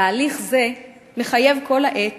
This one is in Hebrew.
תהליך זה מחייב כל העת